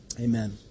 Amen